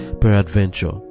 Peradventure